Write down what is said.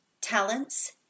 talents